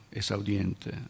esaudiente